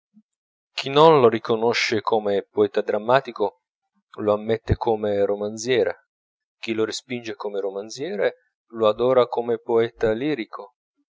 chi non lo riconosce come poeta drammatico lo ammette come romanziere chi lo respinge come romanziere lo adora come poeta lirico